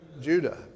Judah